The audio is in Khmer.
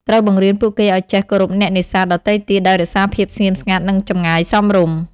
ត្រូវបង្រៀនពួកគេឱ្យចេះ គោរពអ្នកនេសាទ ដទៃទៀតដោយរក្សាភាពស្ងៀមស្ងាត់និងចម្ងាយសមរម្យ។